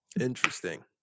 Interesting